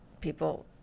people